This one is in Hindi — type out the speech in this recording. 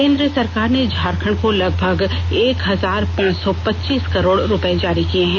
केंद्र सरकार ने झारखंड को लगभग एक हजार पांच सौ पच्चीस करोड़ रुपए जारी कर दिए हैं